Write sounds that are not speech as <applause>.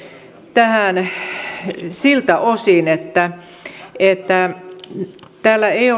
tähän siltä osin että että ei <unintelligible>